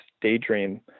Daydream